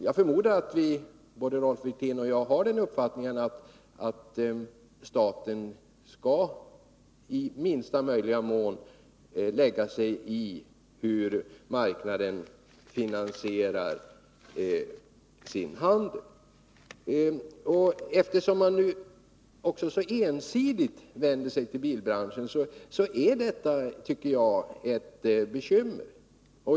Jag förmodar att både Rolf Wirtén och jag har den uppfattningen att staten skall i minsta möjliga mån lägga sig i hur marknaden finansierar sin handel. Eftersom man nu så ensidigt vänder sig till bilbranschen är detta, tycker jag, ett bekymmer.